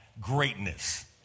greatness